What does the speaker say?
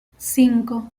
cinco